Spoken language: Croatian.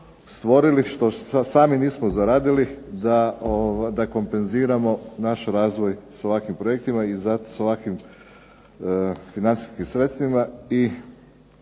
stvorili, što sami nismo zaradili da kompenziramo naš razvoj sa ovakvim projektima i ovakvim financijskim sredstvima.